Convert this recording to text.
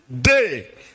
day